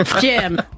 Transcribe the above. Jim